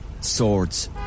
Swords